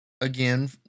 Again